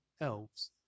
elves